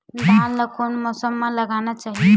धान ल कोन से मौसम म लगाना चहिए?